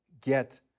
get